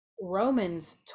Romans